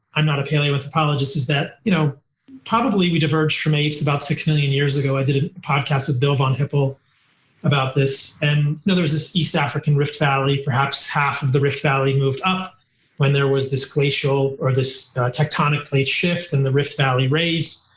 i'm not a paleo anthropologist, is that you know probably we diverged from apes about six million years ago. i did a podcast with bill von hippel about this, and there was this east african rift valley, perhaps half of the rift valley moved up when there was this glacial or this tectonic plate shift and the rift valley raised.